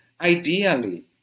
ideally